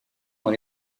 dans